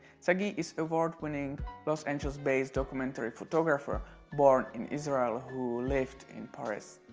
saguy is award-winning los angeles-based documentary photographer born in israel who lived in paris.